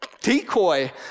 decoy